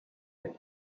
est